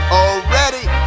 already